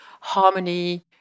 harmony